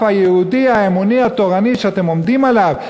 היהודי האמוני התורני שאתם עומדים עליו,